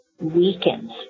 weakens